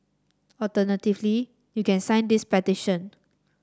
alternatively you can sign this petition